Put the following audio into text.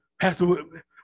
Pastor